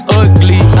ugly